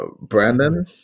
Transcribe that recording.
Brandon